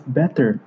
better